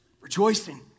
Rejoicing